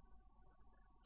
Refer Slide Time 2532